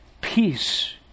peace